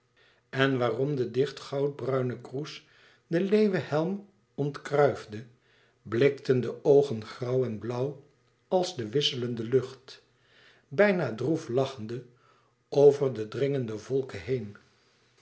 en waarom de dicht goudbruine kroes den leeuwenhelm ontkruifde blikten de oogen grauw en blauw als de wisselende lucht bijna droef lachende over den dringende volke heen